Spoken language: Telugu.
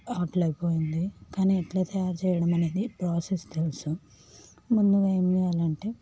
అట్లా అయిపోయింది కానీ ఎట్లా తయారు చేయడం అనేది ప్రాసెస్ తెలుసు ముందుగా ఏం చేయాలంటే